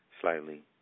slightly